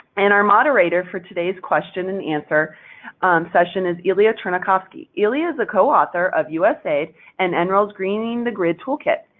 and our moderator for today's question and answer session is ilya chernyakhovskiy. ilya is a co-author of usaid and and nrel's greening the grid toolkit.